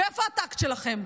ואיפה הטקט שלכם,